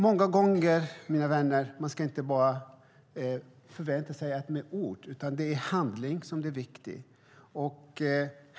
Många gånger, mina vänner, ska man inte förvänta sig att åstadkomma något med ord, utan det är viktigt med handling.